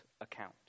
account